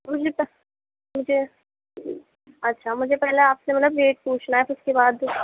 مجھے مجھے اچھا مجھے پہلے آپ سے مطلب ریٹ پوچھنا ہے اُس كے بعد